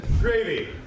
Gravy